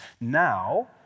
Now